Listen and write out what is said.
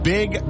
Big